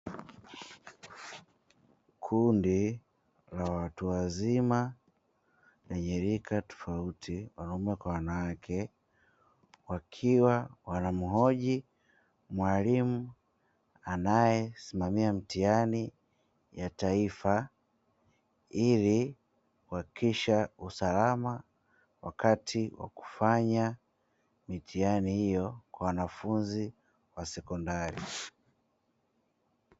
Kundi la watu wazima marika tofauti, wanaume kwa wanawake, wakiwa wanamhoji mwalimu anayesimamia mitihani ya taifa ili kuhakikisha usalama wakati wa kufanya mitihani hiyo kwa wanafunzi wa sekondari.